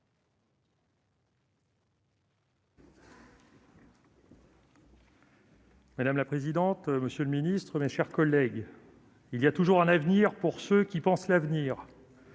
Madame la présidente, monsieur le ministre, mes chers collègues, « il y a toujours un avenir pour ceux qui pensent à l'avenir